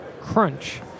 Crunch